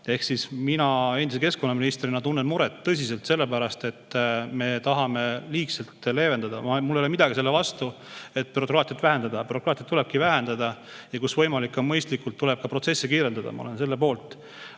Mina endise keskkonnaministrina tunnen tõsiselt muret selle pärast, et me tahame neid liigselt leevendada. Mul ei ole midagi selle vastu, et bürokraatiat vähendada. Bürokraatiat tulebki vähendada ja, kus võimalik, ka mõistlikult protsessi kiirendada. Ma olen selle poolt.